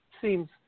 seems